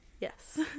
Yes